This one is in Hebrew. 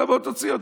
תבוא תוציא אותם,